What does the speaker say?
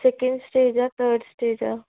second స్టేజా third స్టేజా